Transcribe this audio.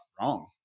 wrong